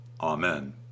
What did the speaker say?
Amen